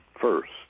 first